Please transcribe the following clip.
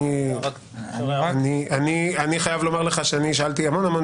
אני חייב לומר לך שאני שאלתי המון המון